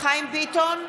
חיים ביטון,